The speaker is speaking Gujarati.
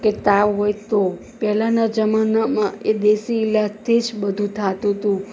કે તાવ હોય તો પહેલાંના જમાનામાં એ દેશી ઇલાજથી જ બધું થતું હતું